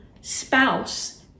spouse